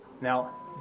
Now